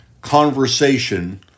conversation